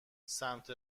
سمت